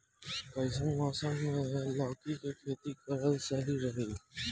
कइसन मौसम मे लौकी के खेती करल सही रही?